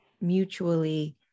mutually